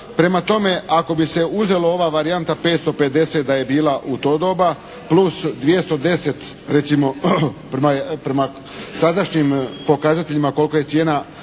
Prema tome, ako bi se uzela ova varijanta 550 da je bila u to doba plus 210 recimo prema sadašnjim pokazateljima koliko je cijena